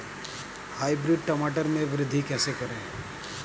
Hybrid टमाटर में वृद्धि कैसे करें?